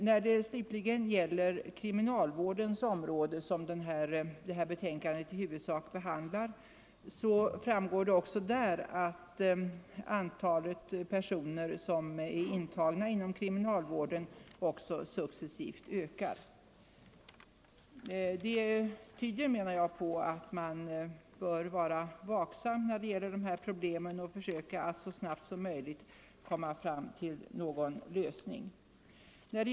När det slutligen gäller narkotikamissbrukets omfattning inom kriminalvården, som det här betänkandet i huvudsak behandlar, framgår att missbruket hos intagna personer också successivt ökar. Det tyder på, menar jag, att man bör vara vaksam när det gäller dessa problem och försöka att så snabbt som möjligt komma fram till någon lösning.